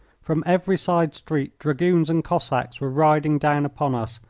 from every side street dragoons and cossacks were riding down upon us,